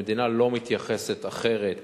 המדינה לא מתייחסת אחרת